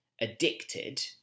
Addicted